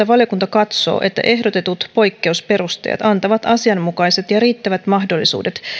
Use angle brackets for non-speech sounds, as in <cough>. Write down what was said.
<unintelligible> valiokunta katsoo että ehdotetut poikkeusperusteet antavat asianmukaiset ja riittävät mahdollisuudet